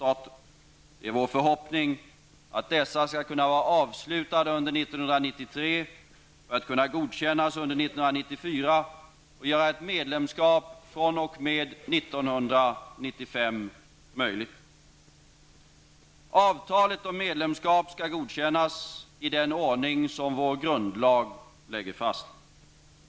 Det är vår förhoppning att dessa skall kunna vara avslutade under 1993 för att kunna godkännas under 1994 och göra ett medlemskap fr.o.m. 1995 möjligt. Avtalet om medlemskap skall godkännas i den ordning som vår grundlag lägger fast.